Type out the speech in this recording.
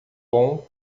bom